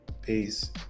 Peace